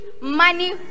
money